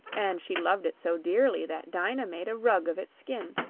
and she loved it so dearly that dyna made a rug of its skin,